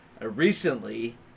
recently